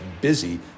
busy